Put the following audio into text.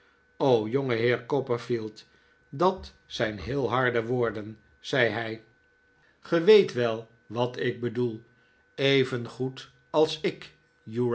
jongeheer copperfield dat zijn heel harde woorden zei hij gij weet wel wat ik bedoel evengoed de nederigheid van uriah heep als ik